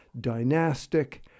dynastic